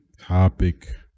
topic